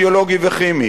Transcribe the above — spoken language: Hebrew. ביולוגי וכימי,